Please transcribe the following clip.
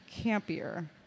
campier